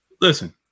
listen